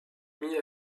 mit